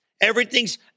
Everything's